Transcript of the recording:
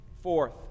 Fourth